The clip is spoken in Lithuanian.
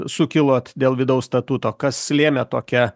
sukilot dėl vidaus statuto kas lėmė tokią